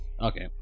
Okay